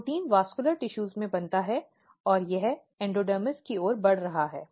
protein vascular tissues में बनता है और यह एंडोडर्मिस की ओर बढ़ रहा है